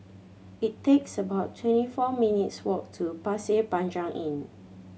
it takes about twenty four minutes walk to Pasir Panjang Inn